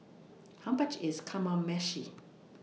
How much IS Kamameshi